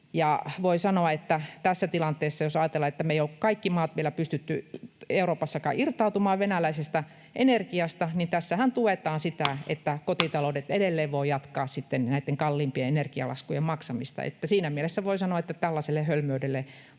voi sanoa, että tässä tilanteessa, jossa kaikki maat Euroopassakaan eivät ole vielä pystyneet irtautumaan venäläisestä energiasta, tuetaan sitä, että kotitaloudet edelleen voivat jatkaa näitten kalliimpien energialaskujen maksamista. Siinä mielessä voi sanoa, että tällaiselle hölmöydelle